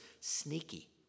sneaky